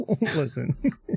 Listen